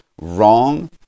wrong